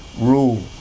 rule